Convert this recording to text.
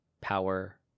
power